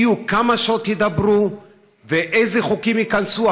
בדיוק כמה שעות ידברו ואיזה חוקים ייכנסו,